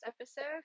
episode